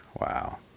wow